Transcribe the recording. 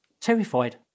Terrified